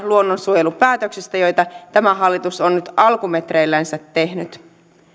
luonnonsuojelupäätöksistä joita tämä hallitus on nyt alkumetreillänsä tehnyt